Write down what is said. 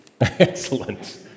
Excellent